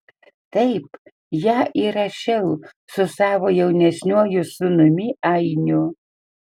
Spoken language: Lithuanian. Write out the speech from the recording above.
taip ją įrašiau su savo jaunesniuoju sūnumi ainiu